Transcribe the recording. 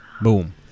Boom